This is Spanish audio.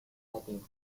latín